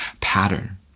pattern